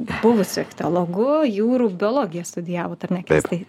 buvusiu ichtiologu jūrų biologiją studijavot ar ne kęstai